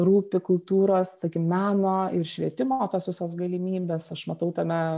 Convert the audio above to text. rūpi kultūros sakim meno ir švietimo tos visos galimybės aš matau tame